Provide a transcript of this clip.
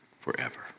Forever